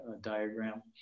diagram